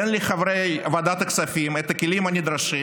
אין לחברי ועדת הכספים את הכלים הנדרשים,